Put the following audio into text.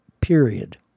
Period